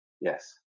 yes